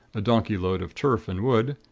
a donkey-load of turf and wood,